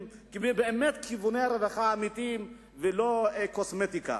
לכיווני רווחה אמיתיים, ולא קוסמטיקה.